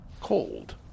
cold